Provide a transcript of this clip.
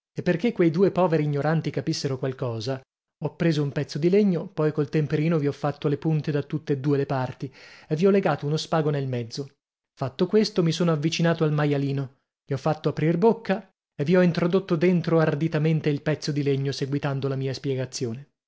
perché quei due poveri ignoranti capissero qualcosa ho preso un pezzo di legno poi col temperino vi ho fatto le punte da tutt'e due le parti e vi ho legato uno spago nel mezzo fatto questo mi sono avvicinato al maialino gli ho fatto aprir bocca e vi ho introdotto dentro arditamente il pezzo di legno seguitando la mia spiegazione